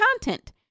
content